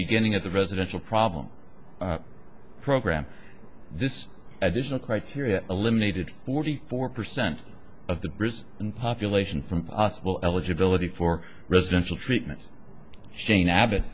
beginning of the residential problem program this additional criteria eliminated forty four percent of the bruce in population from possible eligibility for residential treatment shane abbott